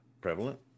prevalent